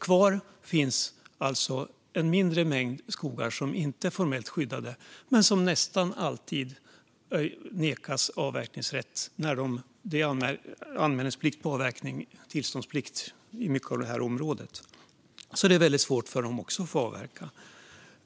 Kvar finns alltså en mindre mängd skogar som inte är formellt skyddade men som nästan alltid nekas avverkningsrätt. Det är anmälningsplikt på avverkning och tillståndsplikt på mycket i det här området, så det är väldigt svårt att få avverka.